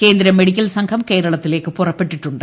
കേന്ദ്ര മെഡിക്കൽ സംഘം കേരളത്തിലേക്ക് പുറപ്പെട്ടിട്ടുണ്ട്